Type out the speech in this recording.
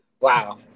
Wow